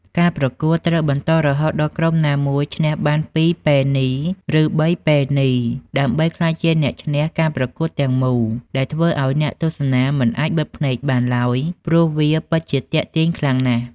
ការប្រកួតត្រូវបន្តរហូតដល់ក្រុមណាមួយឈ្នះបានពីរប៉េនី ឬ៣ប៉េនីដើម្បីក្លាយជាអ្នកឈ្នះការប្រកួតទាំងមូលដែលធ្វើឲ្យអ្នកទស្សនាមិនអាចបិទភ្នែកបានឡើយព្រោះវាពិតជាទាក់ទាញខ្លាំងណាស់។